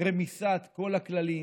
רמיסת כל הכללים,